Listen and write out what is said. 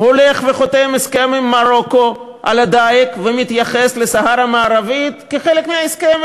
הולך וחותם עם מרוקו הסכם לגבי הדיג ומתייחס לסהרה המערבית כחלק מההסכם.